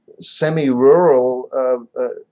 semi-rural